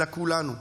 אלא כולנו,